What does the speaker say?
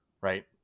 right